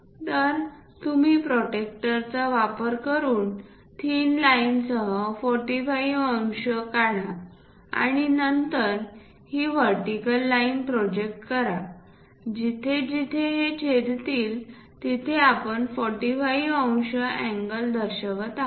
तर तुम्ही प्रोटॅक्टरचा वापर करून थिन लाईनसह 45 अंश काढा आणि नंतर ही व्हर्टीकल लाईन प्रोजेक्ट करा जिथे जिथे हे छेदतील तिथे आपण 45 अंश अँगल दर्शवित आहोत